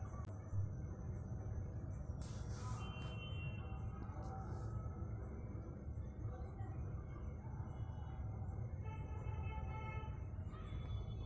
ರಸಗೊಬ್ಬರ ತಂತ್ರಜ್ಞಾನವು ಹೇಗೆ ಬೆಳೆಗಳ ಪೋಷಕಾಂಶದ ಅಗತ್ಯಗಳನ್ನು ನಿರ್ಧರಿಸುತ್ತದೆ?